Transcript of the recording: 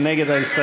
מי נגד ההסתייגות?